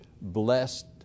blessed